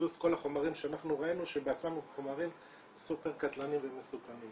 פלוס כל החומרים שאנחנו ראינו שבעצמם הם חומרים סופר קטלניים ומסוכנים.